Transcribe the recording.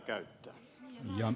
arvoisa puhemies